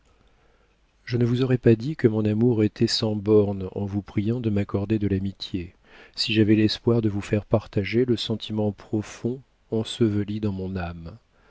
je ne vous aurais pas dit que mon amour était sans bornes en vous priant de m'accorder de l'amitié si j'avais l'espoir de vous faire partager le sentiment profond enseveli dans mon âme